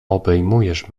obejmujesz